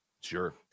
Sure